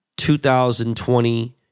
2020